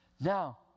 Now